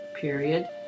period